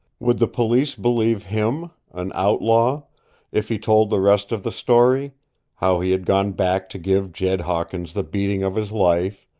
would the police believe him an outlaw if he told the rest of the story how he had gone back to give jed hawkins the beating of his life,